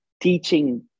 teaching